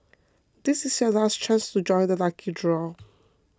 this is your last chance to join the lucky draw